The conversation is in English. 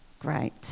great